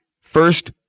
first